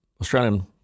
Australian